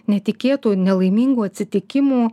netikėtų nelaimingų atsitikimų